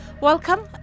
Welcome